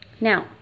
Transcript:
Now